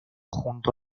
junto